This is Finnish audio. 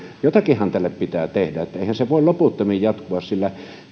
jotakinhan tälle pitää tehdä eihän se voi loputtomiin jatkua sillä